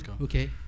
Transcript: okay